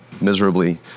miserably